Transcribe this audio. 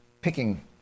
picking